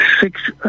six